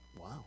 wow